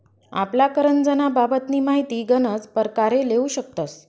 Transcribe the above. आपला करजंना बाबतनी माहिती गनच परकारे लेवू शकतस